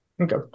Okay